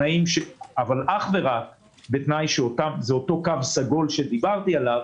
אבל אך ורק בתנאי זה אותו קו סגול שדיברתי עליו